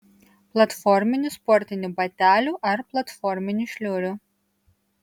platforminių sportinių batelių ar platforminių šliurių